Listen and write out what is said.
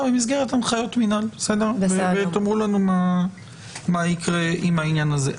במסגרת הנחיות מינהל ותאמרו לנו מה יקרה עם העניין הזה.